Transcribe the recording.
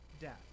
death